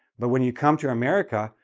but when you come to america,